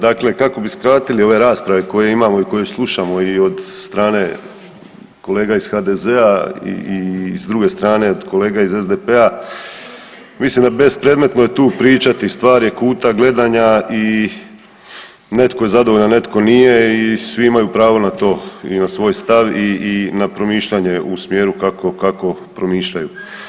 Dakle kako bi skratili ove rasprave koje imamo i koje slušamo i od strane kolega iz HDZ-a i s druge strane od kolega iz SDP-a, mislim da bespredmetno je tu pričati, stvar je kuta gledanja i netko je zadovoljan, a netko nije i svi imaju pravo na to i na svoj stav i na promišljanje u smjeru kako promišljaju.